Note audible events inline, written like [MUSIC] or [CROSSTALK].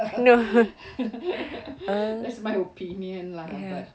[LAUGHS] that's my opinion lah but